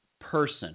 person